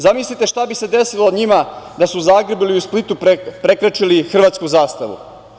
Zamislite šta bi se desilo njima da su u Zagrebu ili u Splitu prekrečili hrvatsku zastavu?